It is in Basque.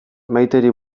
maiteri